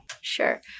Sure